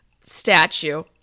statue